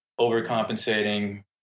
overcompensating